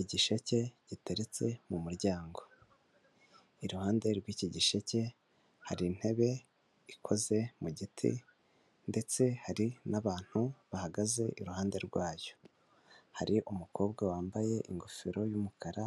Igisheke giteretse mu muryango, iruhande rw'iki gisheke hari intebe ikoze mu giti ndetse hari n'abantu bahagaze iruhande rwayo, hari umukobwa wambaye ingofero y'umukara,